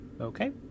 Okay